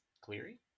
Cleary